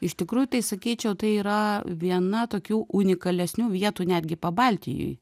iš tikrųjų tai sakyčiau tai yra viena tokių unikalesnių vietų netgi pabaltijui